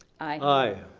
aye. aye.